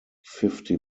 fifty